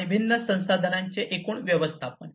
आणि भिन्न संसाधनांचे एकूण व्यवस्थापन